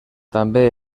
també